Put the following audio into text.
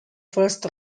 first